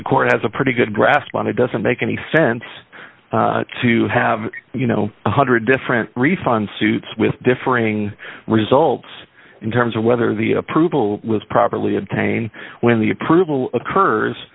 the court has a pretty good grasp on it doesn't make any sense to have you know a one hundred different refund suits with differing results in terms of whether the approval was properly obtained when the approval occurs